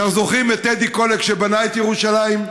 אנחנו זוכרים את טדי קולק, שבנה את ירושלים.